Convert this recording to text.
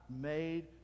made